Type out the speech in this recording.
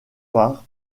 par